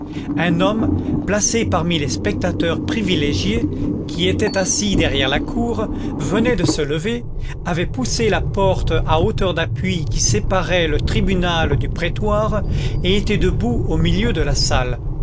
un homme placé parmi les spectateurs privilégiés qui étaient assis derrière la cour venait de se lever avait poussé la porte à hauteur d'appui qui séparait le tribunal du prétoire et était debout au milieu de la salle